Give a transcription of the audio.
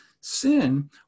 sin